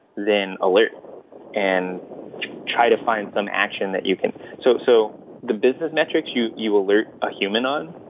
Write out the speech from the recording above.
then alert and try to find some action that you can. so so the business metrics, you you alert a human on.